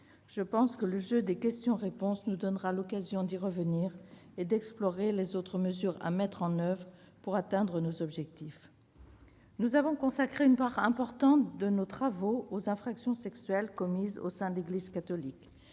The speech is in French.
Je pense que le jeu des questions-réponses nous donnera l'occasion d'y revenir et d'explorer les autres mesures à mettre en oeuvre pour atteindre nos objectifs. Nous avons consacré une part importante de nos travaux aux infractions sexuelles commises au sein de l'Église catholique